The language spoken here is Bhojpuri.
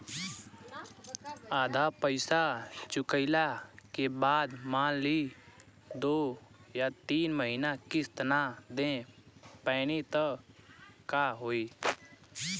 आधा पईसा चुकइला के बाद मान ली दो या तीन महिना किश्त ना दे पैनी त का होई?